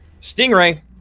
Stingray